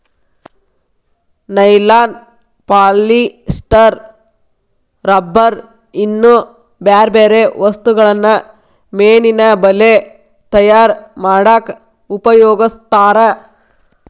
nylon polyester rubber ಇನ್ನೂ ಬ್ಯಾರ್ಬ್ಯಾರೇ ವಸ್ತುಗಳನ್ನ ಮೇನಿನ ಬಲೇ ತಯಾರ್ ಮಾಡಕ್ ಉಪಯೋಗಸ್ತಾರ